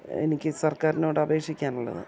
എനിക്ക് സർക്കാരിനോട് അപേക്ഷിക്കാനുള്ളത്